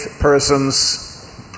persons